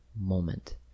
moment